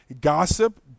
gossip